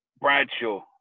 Bradshaw